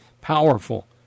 powerful